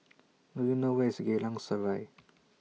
Do YOU know Where IS Geylang Serai